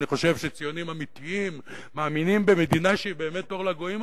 אני חושב שציונים אמיתיים מאמינים במדינה שהיא באמת אור לגויים,